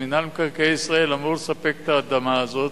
מינהל מקרקעי ישראל אמור לספק את האדמה הזאת,